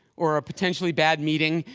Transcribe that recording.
or a potentially bad meeting.